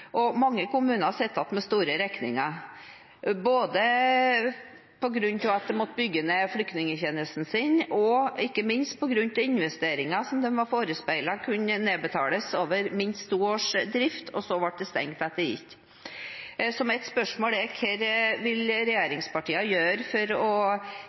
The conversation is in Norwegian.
og mange kommuner sitter igjen med store regninger, både på grunn av at de måtte bygge ned flyktningetjenesten sin, og ikke minst på grunn av investeringer som de var forespeilet kunne nedbetales over minst to års drift, og så ble det stengt etter ett. Mitt spørsmål er: Hva vil regjeringspartiene gjøre for å